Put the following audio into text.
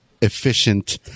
efficient